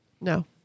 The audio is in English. No